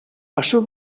pasó